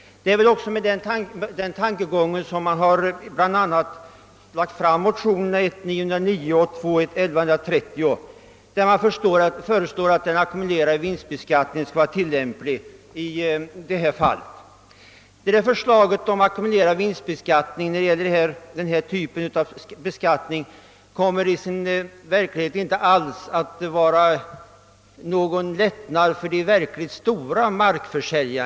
Det är också mot den bakgrunden som motionerna 1:909 och II:1130 har väckts. Man föreslår där att den ackumulerade vinstbeskattningen skall tilllämpas i sådana här fall. Men systemet med ackumulerad vinstbeskattning innebär i verkligheten inte alls någon lättnad för de riktigt stora markförsäljarna.